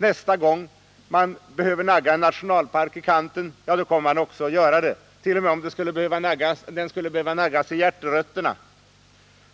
Nästa gång man behöver nagga en nationalpark i kanten eller t.o.m. i hjärterötterna, så kommer man också att göra det, och på det sättet kommer det att bli